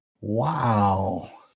wow